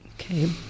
okay